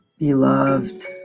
Beloved